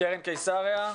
מקרן קיסריה,